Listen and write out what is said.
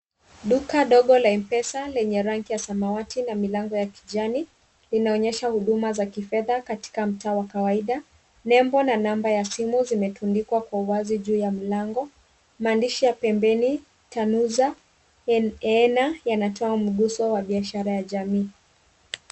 Duka dogo la M-Pesa lenye rangi ya samawati na milango ya kijani inaonyesha huduma za kifedha katika mtaa wa kawaida. Nembo na namba ya simu zimetundikwa kwa wazi juu ya mlango, maandishi ya pembeni Tanuza Eena ,yanatoa mguso wa biashara ya jamii.